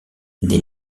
des